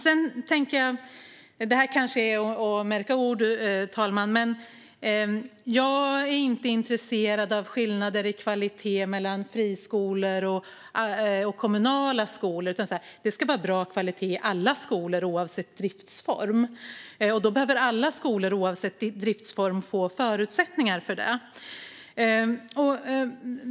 Detta kanske är att märka ord, fru talman, men jag är inte intresserad av skillnader i kvalitet mellan friskolor och kommunala skolor, utan det ska vara bra kvalitet i alla skolor oavsett driftsform. Därför behöver alla skolor, oavsett driftsform, få förutsättningar för det.